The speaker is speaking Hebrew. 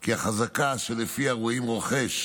כי החזקה שלפיה רואים רוכש